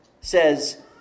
says